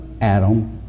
Adam